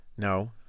No